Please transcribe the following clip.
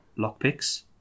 lockpicks